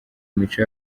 mico